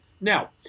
Now